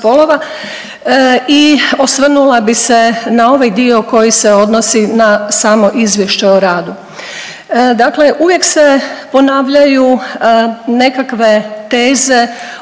i osvrnula bi se na ovaj dio koji se odnosi na samo izvješće o radu. Dakle, uvijek se ponavljaju nekakve teze